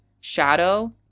shadow